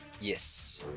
Yes